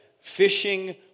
fishing